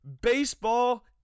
baseball